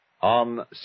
on